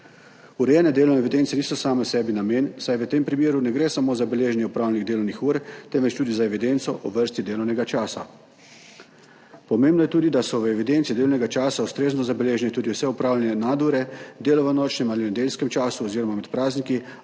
Urejene delovne evidence niso same sebi namen, saj v tem primeru ne gre samo za beleženje opravljenih delovnih ur, temveč tudi za evidenco o vrsti delovnega časa. Pomembno je tudi, da so v evidenci delovnega časa ustrezno zabeležene tudi vse opravljene nadure, delo v nočnem ali v nedeljskem času oziroma med prazniki